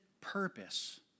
purpose